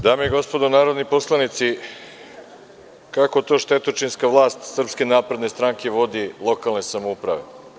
Dame i gospodo narodni poslanici, kako to štetočinska vlast SNS vodi lokalne samouprave?